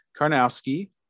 Karnowski